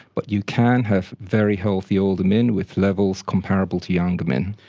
but you can have very healthy older men with levels comparable to younger men.